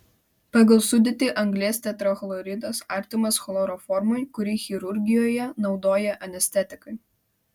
pagal sudėtį anglies tetrachloridas artimas chloroformui kurį chirurgijoje naudoja anestetikai